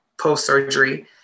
post-surgery